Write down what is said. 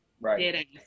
Right